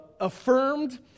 affirmed